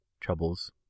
troubles